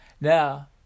Now